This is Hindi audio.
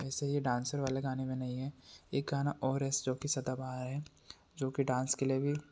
वैसे ये डांसर वाले गाने में नहीं हैं एक गाना और है जो कि सदाबहार हैं जो कि डांस के लिए भी